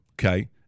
okay